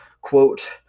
quote